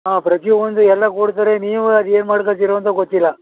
ಆಂ ಪ್ರತಿಯೊಂದು ಎಲ್ಲ ಕೊಡ್ತಾರೆ ನೀವು ಅದೇನು ಮಾಡ್ಕೊತ್ತೀರೋ ಅಂತ ಗೊತ್ತಿಲ್ಲ